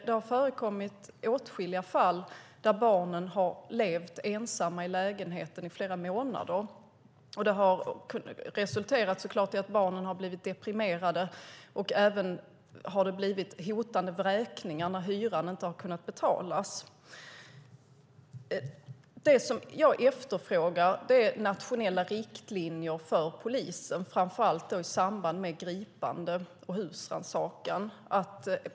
Det har förekommit åtskilliga fall där barnen levt ensamma i lägenheten i flera månader, vilket resulterat i att de blivit deprimerade och även hotats av vräkning när hyran inte kunnat betalas. Det jag efterfrågar är nationella riktlinjer för polisen, framför allt i samband med gripande och husrannsakan.